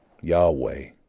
Yahweh